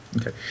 Okay